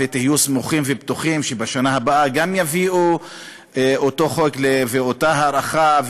ותהיו סמוכים ובטוחים שגם בשנה הבאה יביאו את אותו חוק ואת אותה הארכה,